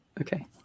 Okay